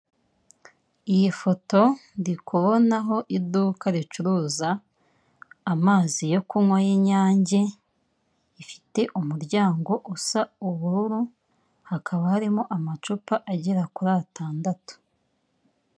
Iyi foto ndikubonaho iduka ricuruza amazi yo kunywa y'inyange rifite umuryango usa ubururu, hakaba harimo amacupa agera kuri atandatu.